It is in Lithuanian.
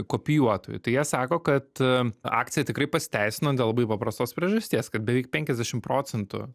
kopijuotojų tai jie sako kad akcija tikrai pasiteisino dėl labai paprastos priežasties kad beveik penkiasdešimt procentų